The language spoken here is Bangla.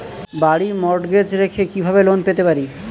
বাড়ি মর্টগেজ রেখে কিভাবে লোন পেতে পারি?